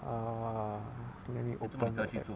err let me open Telegram